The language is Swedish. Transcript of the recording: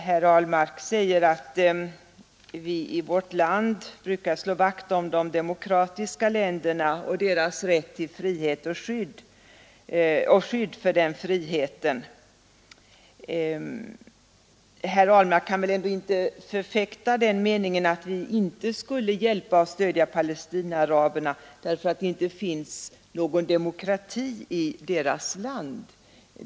Herr Ahlmark sade att vi här i vårt land brukar slå vakt om de demokratiska ländernas rätt till frihet och skydd för den friheten. Men herr Ahlmark kan väl inte förfäkta den meningen att vi inte skall hjälpa och stödja Palestinaaraberna därför att det inte finns någon demokrati i deras land?